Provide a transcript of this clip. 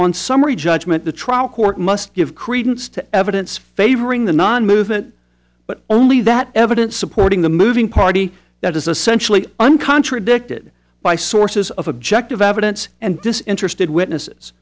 on summary judgment the trial court must give credence to evidence favoring the non movement but only that evidence supporting the moving party that is essential in un contradicted by sources of objective evidence and disinterested witness